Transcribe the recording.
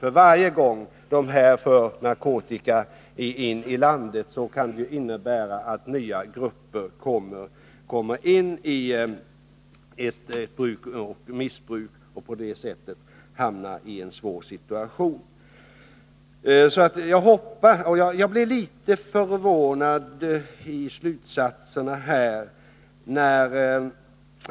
För varje gång en langare för in narkotika i landet kan det innebära att nya grupper börjar bruka och missbruka narkotika och hamnar i en svår situation. Jag blev litet förvånad över handelsministerns slutsatser i svaret.